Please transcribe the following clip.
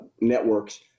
networks